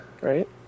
right